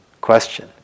question